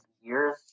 years